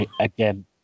Again